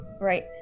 Right